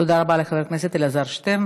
תודה רבה לחבר הכנסת אלעזר שטרן.